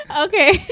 Okay